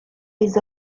les